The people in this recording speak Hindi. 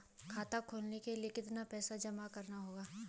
खाता खोलने के लिये कितना पैसा जमा करना होगा?